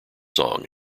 song